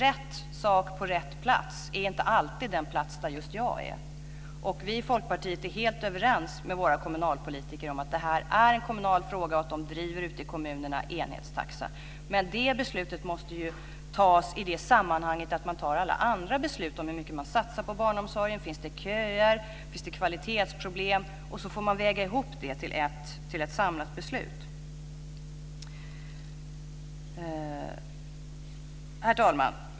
Rätt sak på rätt plats. Det är inte alltid den plats där just jag är. Vi i Folkpartiet är helt överens med våra kommunalpolitiker om att det här är en kommunal fråga, och de driver frågan om enhetstaxa i kommunerna. Det beslutet måste fattas i det sammanhang där alla andra beslut fattas om barnomsorg, köer, kvalitetsproblem. Detta får vägas ihop till ett samlat beslut. Herr talman!